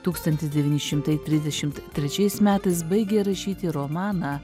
tūkstantis devyni šimtai trisdešimt trečiais metais baigė rašyti romaną